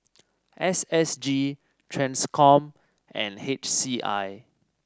S S G Transcom and H C I